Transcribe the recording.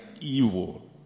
evil